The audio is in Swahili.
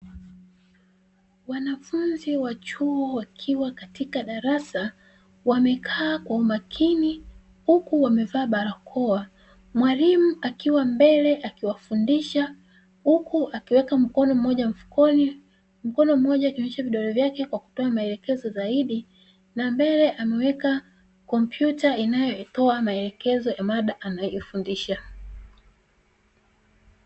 Wanafunzi wa chuo wakiwa katika darasa, wamekaa kwa umakini huku wamevaa barakoa, mwalimu akiwa mbele akiwafundisha huku akiweka mkono mmoja mfukoni, mkono mmoja akionesha vidole vyake kwa kutoa maelekezo zaidi na mbele ameweka kompyuta inayotoa maelekezo ya mada anayoifundisha.